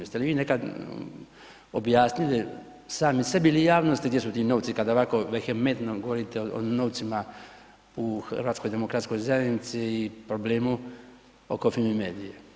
Jeste li vi nekad objasnili sami sebi ili javnosti gdje su ti novci kada ovako vehementno govorite o novcima u HDZ-u i problemu oko Fimi medije?